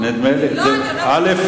התחלנו סדר-יום,